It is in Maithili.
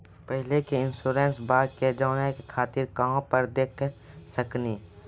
पहले के इंश्योरेंसबा के जाने खातिर कहां पर देख सकनी?